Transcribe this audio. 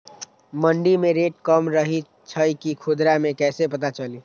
मंडी मे रेट कम रही छई कि खुदरा मे कैसे पता चली?